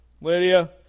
Lydia